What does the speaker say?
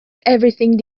everything